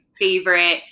favorite